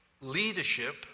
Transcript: leadership